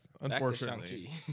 Unfortunately